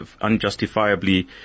unjustifiably